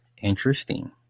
Interesting